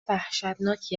وحشتناکی